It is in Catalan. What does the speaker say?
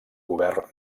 govern